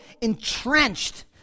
entrenched